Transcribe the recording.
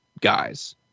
guys